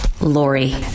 Lori